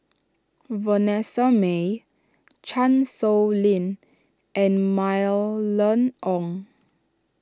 Vanessa Mae Chan Sow Lin and Mylene Ong